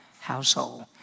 household